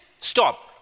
stop